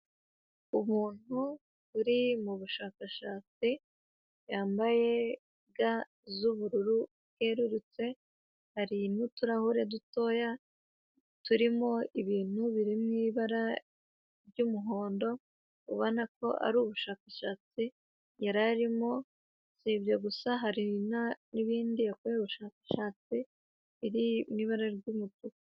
Umuntu uri mubushakashatsi, yambaye ga z'ubururu bwerurutse, hari n'uturahure dutoya turimo ibintu biri mu ibara ry'umuhondo, ubona ko ari ubushakashatsi yaramo, si ibyo gusa hari n'ibindi yakoreye ubushakashatsi biri mu ibara ry'umutuku.